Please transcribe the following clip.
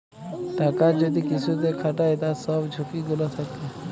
টাকা যদি কিসুতে খাটায় তার সব ঝুকি গুলা থাক্যে